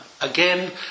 Again